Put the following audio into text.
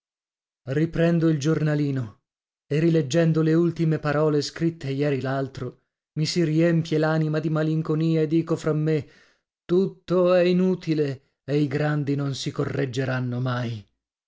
riaprendo il giornalino e rileggendo le ultime parole scritte ieri l'altro mi si riempie l'anima dì malinconia e dico fra me tutto è inutile e i grandi non si correggeranno mai